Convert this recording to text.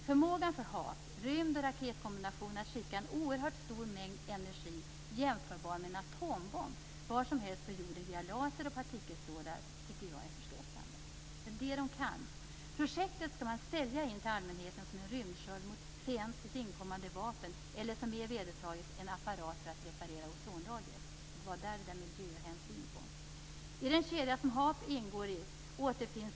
Förmågan för HAARP, rymd och raketkombinationen, att skicka en oerhört stor mängd energi, jämförbar med en atombomb, vart som helst på jorden via laser och partikelstrålar är förskräckande. Projektet skall "säljas in" till allmänheten som en rymdsköld mot fientligt inkommande vapen eller, som mer vedertaget, en apparat för att reparera ozonlagret. Det är här miljöhänsyn kommer in.